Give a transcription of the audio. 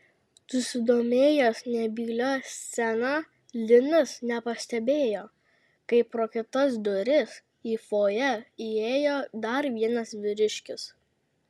susidomėjęs nebylia scena linas nepastebėjo kaip pro kitas duris į fojė įėjo dar vienas vyriškis